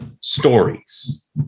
stories